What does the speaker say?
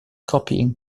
copying